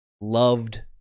loved